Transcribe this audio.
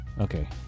Okay